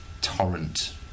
torrent